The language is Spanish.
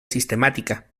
sistemática